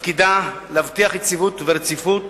תפקידה להבטיח יציבות ורציפות